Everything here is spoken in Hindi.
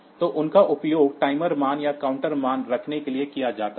तो इनका उपयोग टाइमर मान या काउंटर मान रखने के लिए किया जाता है